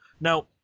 Now